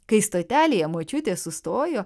kai stotelėje močiutė sustojo